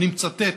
אני מצטט